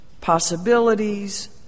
possibilities